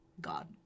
god